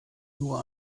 nur